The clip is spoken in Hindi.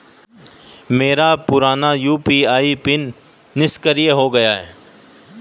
मेरा पुराना यू.पी.आई पिन निष्क्रिय हो गया है